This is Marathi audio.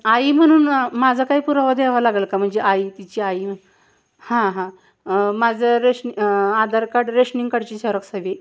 आई म्हणून माझा काही पुरावा द्यावा लागेल का म्हणजे आई तिची आई हां हां माझं रेशन आधार कार्ड रेशनिंग कार्डची झेरॉक्स हवी